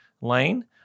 Lane